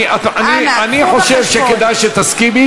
אנא הביאו בחשבון, אני חושב שכדאי שתסכימי